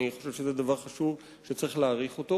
ואני חושב שזה דבר חשוב שצריך להעריך אותו.